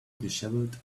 dishevelled